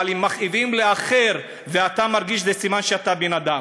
אבל אם מכאיבים לאחר ואתה מרגיש זה סימן שאתה בן-אדם.